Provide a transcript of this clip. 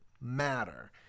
matter